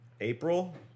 April